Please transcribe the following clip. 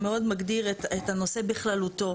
שמאוד מגדיר את הנושא בכללותו.